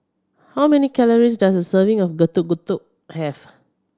how many calories does a serving of Getuk Getuk have